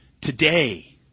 Today